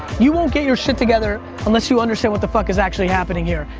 you won't get your shit together unless you understand what the fuck is actually happening here.